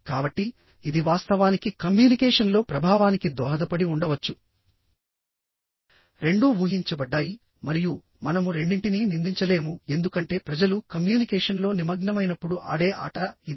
కాబట్టిఇది వాస్తవానికి కమ్యూనికేషన్లో ప్రభావానికి దోహదపడి ఉండవచ్చు రెండూ ఊహించబడ్డాయి మరియు మనము రెండింటినీ నిందించలేము ఎందుకంటే ప్రజలు కమ్యూనికేషన్లో నిమగ్నమైనప్పుడు ఆడే ఆట ఇది